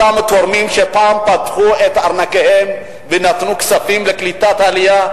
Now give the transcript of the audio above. אותם תורמים שפעם פתחו את ארנקיהם ונתנו כספים לקליטת העלייה,